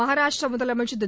மகாராஷ்ட்ர முதலமைச்சர் திரு